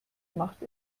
macht